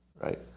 right